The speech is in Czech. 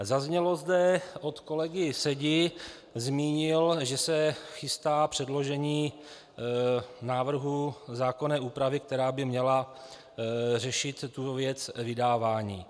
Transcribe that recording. Zaznělo zde od kolegy Sedi zmínil, že se chystá předložení návrhu zákonné úpravy, která by měla řešit tu věc vydávání.